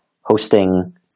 hosting